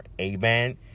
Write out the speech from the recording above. Amen